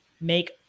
make